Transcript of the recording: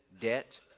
debt